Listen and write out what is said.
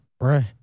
Right